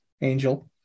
Angel